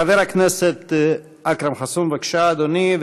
חבר הכנסת אכרם חסון, בבקשה, אדוני.